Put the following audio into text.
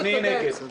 אני נגד.